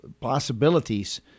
possibilities